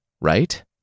right